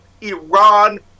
Iran